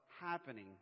happening